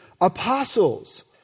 Apostles